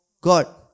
God